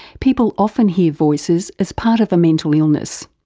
people often hear voices as part of a mental illness.